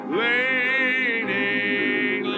leaning